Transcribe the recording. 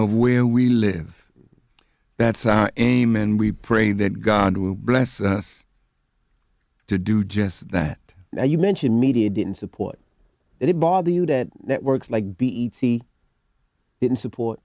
of where we live that's a man we pray that god will bless us to do just that you mentioned media didn't support it bother you that networks like bt didn't support